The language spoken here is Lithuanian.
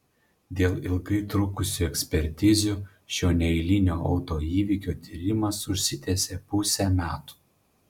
dėl ilgai trukusių ekspertizių šio neeilinio autoįvykio tyrimas užsitęsė pusę metų